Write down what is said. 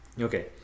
Okay